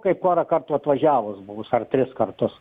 kaip porą kartų atvažiavus buvus ar tris kartus